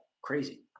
crazy